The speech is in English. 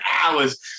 hours